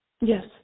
Yes